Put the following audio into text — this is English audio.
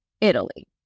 Italy